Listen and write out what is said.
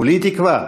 כולי תקווה